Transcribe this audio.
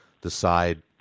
decide